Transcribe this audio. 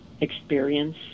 experience